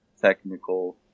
technical